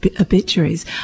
obituaries